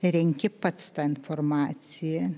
renki pats ta informaciją